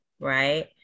right